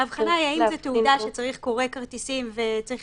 האבחנה היא האם זו תעודה שצריך קורא כרטיסים וצריך